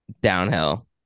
downhill